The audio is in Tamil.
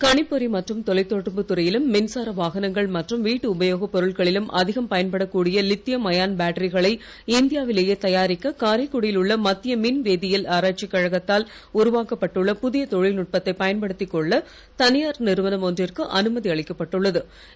கணிப்பொறி மற்றும் தொலைதொடர்பு துறையிலும் மின்சார வாகனங்கள் மற்றும் வீட்டு உபயோகப் பொருட்களிலும் அதிகம் பயன்படக் கூடிய வித்தியம் அயான் பேட்டரிகளை இந்தியா விலேயே தயாரிக்க காரைக்குடி யில் உள்ள மத்திய மின் மின் வேதியியல் ஆராய்ச்சிக் கழகத்தால் உருவாக்கப்பட்டுள்ள புதிய தொழில்நுட்பத்தை பயன்படுத்திக் கொள்ள தனியார் நிறுவனம் ஒன்றுக்கு அனுமதி அளிக்கப்பட்டுள்ள து